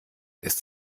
ist